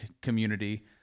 community